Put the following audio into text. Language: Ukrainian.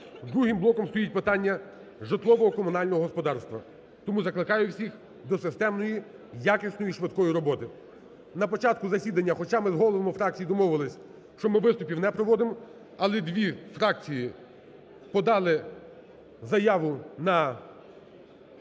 Другим блоком стоїть питання житлово-комунального господарства. Тому закликаю всіх до системної, якісної і швидкої роботи. На початку засідання, хоча ми з головами фракцій домовилися, що ми виступів не проводимо, але дві фракції подали заяву на перерву.